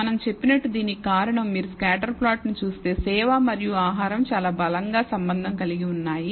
మనం చెప్పినట్లు దీనికి కారణం మీరు స్కాటర్ ప్లాట్ ను చూస్తే సేవ మరియు ఆహారం చాలా బలంగా సంబంధం కలిగి ఉన్నాయి